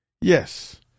Yes